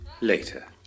later